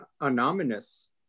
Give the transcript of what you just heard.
anonymous